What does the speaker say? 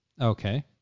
okay